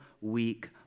week